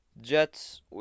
jets